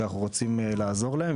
שאנחנו רוצים לעזור להם.